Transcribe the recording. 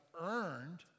earned